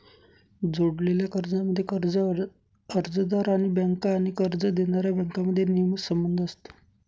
जोडलेल्या कर्जांमध्ये, कर्ज अर्जदार आणि बँका आणि कर्ज देणाऱ्या बँकांमध्ये नियमित संबंध असतो